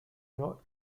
not